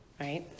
right